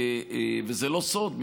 וזה לא סוד,